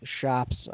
shops